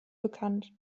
bekannt